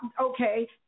okay